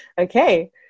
okay